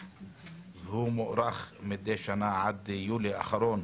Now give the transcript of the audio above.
הוא מוארך מידי שנה עד יולי האחרון,